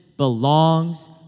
belongs